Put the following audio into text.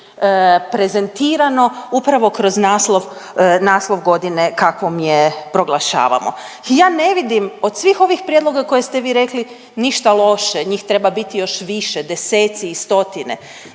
prezentirano upravo kroz naslov, naslov godine kakvom je proglašavamo. I ja ne vidim od svih ovih prijedloga koje ste vi rekli ništa loše, njih treba biti još više deseci i stotine.